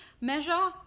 measure